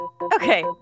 Okay